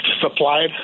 supplied